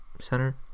center